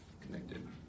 connected